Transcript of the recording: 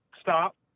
stop